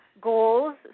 goals